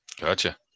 Gotcha